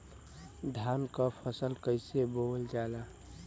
धान क फसल कईसे बोवल जाला?